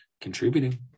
contributing